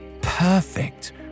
perfect